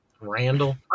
Randall